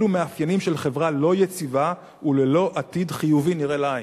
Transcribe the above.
אלו מאפיינים של חברה לא יציבה וללא עתיד חיובי נראה לעין.